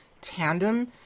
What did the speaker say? tandem